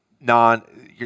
non